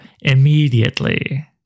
immediately